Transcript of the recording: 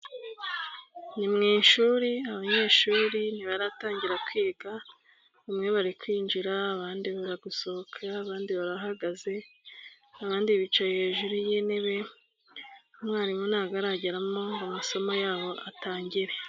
Ni mu ishuri abanyeshuri ntibaratangira kwiga, bamwe bari kwinjira, abandi bari gusohoka, abandi barahagaze, abandi bicaye hejuru y'intebe, umwarimu ntabwo arageramo ngo amasomo yabo atangire.